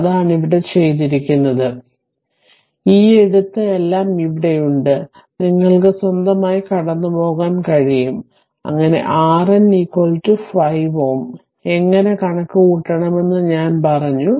അതാണ് ഇവിടെ ചെയ്തിരിക്കുന്നത് ഈ എഴുത്ത് എല്ലാം ഇവിടെയുണ്ട് നിങ്ങൾക്ക് സ്വന്തമായി കടന്നുപോകാൻ കഴിയും അങ്ങനെ RN5Ω എങ്ങനെ കണക്കുകൂട്ടണമെന്ന് ഞാൻ പറഞ്ഞു